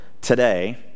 today